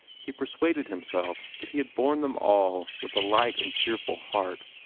he persuaded himself that he had borne them all with a light and cheerful heart,